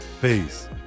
Peace